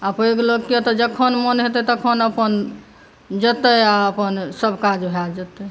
आ पैघ लोकके तऽ जखन मोन हेतै तखन अपन जेतै आ अपन सभ काज भऽ जेतै